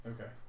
Okay